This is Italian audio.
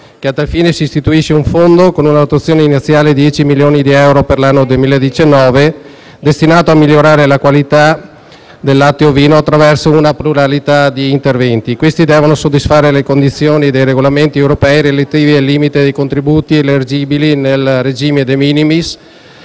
a tal fine, si istituisce un Fondo, con una dotazione iniziale di 10 milioni di euro per l'anno 2019, destinato a migliorarne la qualità attraverso una pluralità di interventi, che devono soddisfare le condizioni dei regolamenti europei relativi al limite dei contributi elargibili nel regime *de minimis*